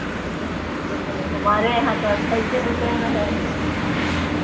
kilo हमारे यहाँ तो अट्ठाइसे रुपये में है